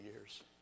years